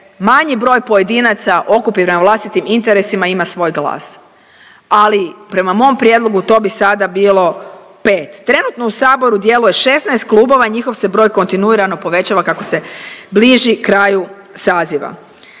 manji broj pojedinaca okupi na vlastitim interesima ima svoj glas, ali prema mom prijedlogu, to bi sada bilo 5. Trenutno u Saboru djeluje 16 klubova i njihov se broj kontinuirano povećava kako se bliži kraju saziva.